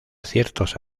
ciertos